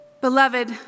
Beloved